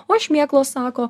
o šmėklos sako